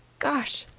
gosh!